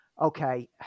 okay